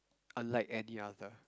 unlike any other